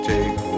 Take